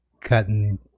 cutting